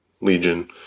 Legion